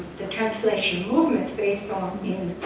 the translation movements, based on in